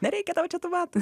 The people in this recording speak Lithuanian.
nereikia tau čia tų batų